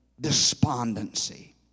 despondency